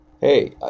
hey